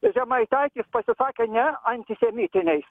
žemaitaitis pasisakė ne antisemitiniais